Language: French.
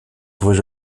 trouvée